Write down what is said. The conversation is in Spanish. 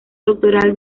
doctoral